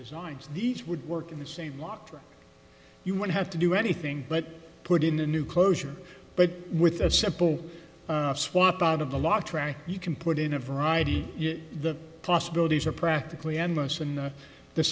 designs these would work in the same lot or you would have to do anything but put in a new closure but with a simple swap out of the lot track you can put in a variety the possibilities are practically end